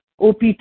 OPT